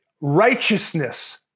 righteousness